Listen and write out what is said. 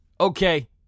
okay